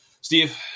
Steve